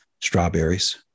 strawberries